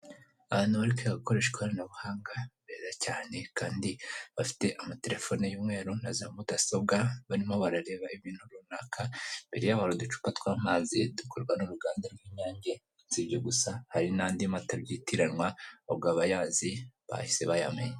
Ahantu bari kwiga gukoresha ikoranabuhanga, beza cyane kandi bafite amatelefone y'umweru na za mudasobwa, barimo barareba ibintu runaka, imbere hari uducupa tw'amazi dukorwa n'uruganda rw'Inyange si ibyo gusa hari n'andi mata byitiranwa ubwo abayazi bahise bayamenya.